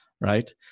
right